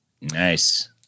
Nice